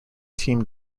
team